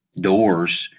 doors